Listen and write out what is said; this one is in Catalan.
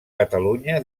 catalunya